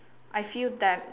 I feel that